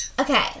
Okay